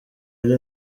ari